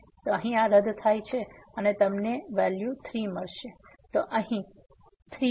તો અહીં આ રદ થાય છે અને તમને આ વેલ્યુ 3 તરીકે મળશે તો આ અહીં 3 છે